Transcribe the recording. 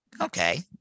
Okay